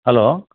hello